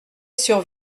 sur